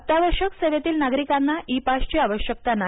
अत्यावश्यक सेवेतील नागरिकांना ई पास ची आवश्यकता नाही